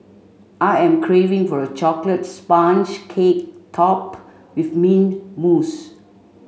I am craving for a chocolate sponge cake topped with mint mousse